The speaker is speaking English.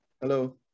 Hello